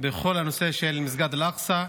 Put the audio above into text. בכל הנושא של מסגד אל-אקצא.